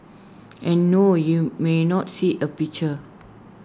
and no you may not see A picture